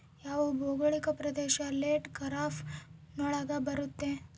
ಯಾವ ಭೌಗೋಳಿಕ ಪ್ರದೇಶ ಲೇಟ್ ಖಾರೇಫ್ ನೊಳಗ ಬರುತ್ತೆ?